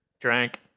Drank